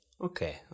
okay